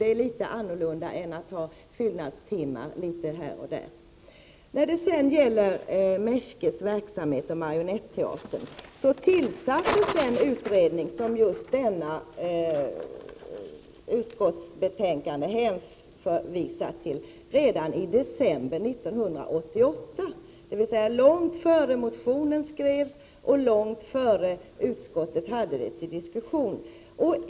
Det är annorlunda än att ha fyllnadstimmar här och där. Beträffande Meschke och Marionetteatern tillsattes ju just den utredning som utskottsbetänkandet hänvisar till redan i december 1988, dvs. långt innan motionen skrevs och långt innan utskottet diskuterade frågan.